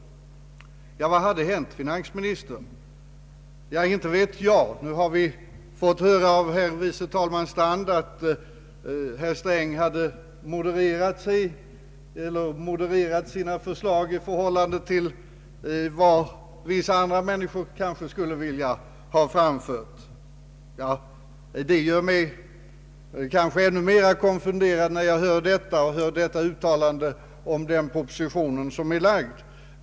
Ja, inte vet jag vad som hade hänt finansministern, men vi har nu fått hö ra av vice talmannen herr Strand, att finansministern hade modererat sina förslag jämfört med vad vissa andra människor skulle vilja ha framfört. Det gör mig kanske ännu mer konfunderad när jag hör detta uttalande om den proposition som är lagd.